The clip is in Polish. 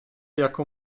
jako